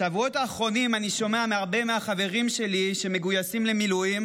בשבועות האחרונים אני שומע מהרבה מהחברים שלי שמגויסים למילואים,